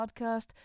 podcast